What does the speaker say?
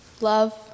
Love